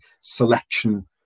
selection